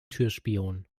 türspion